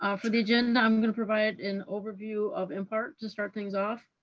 um for the agenda, i'm going to provide an overview of mpart to start things off,